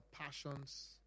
passions